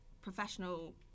professional